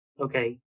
okay